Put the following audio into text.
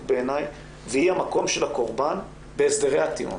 בעיניי והיא המקום של הקורבן בהסדרי הטיעון.